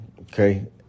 okay